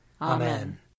Amen